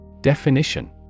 Definition